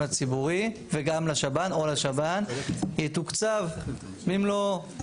הציבורי וגם לשב"ן או לשב"ן יתוקצב במלואו.